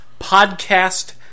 Podcast